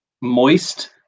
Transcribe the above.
moist